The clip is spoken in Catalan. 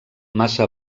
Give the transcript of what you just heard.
massa